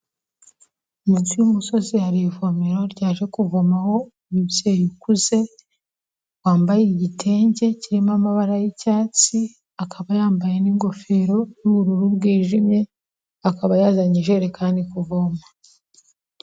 Munsi y'umusozi hari ivomero ryaje kuvomaho umubyeyi ukuze, wambaye igitenge kirimo amabara y'icyatsi, akaba yambaye n'ingofero y'ubururu bwijimye, akaba yazanye ijerekani kuvoma.